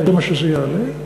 זה מה שזה יעלה,